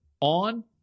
on